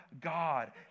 God